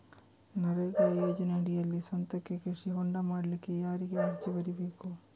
ನರೇಗಾ ಯೋಜನೆಯಡಿಯಲ್ಲಿ ಸ್ವಂತಕ್ಕೆ ಕೃಷಿ ಹೊಂಡ ಮಾಡ್ಲಿಕ್ಕೆ ಯಾರಿಗೆ ಅರ್ಜಿ ಬರಿಬೇಕು?